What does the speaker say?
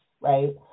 right